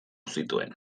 zituen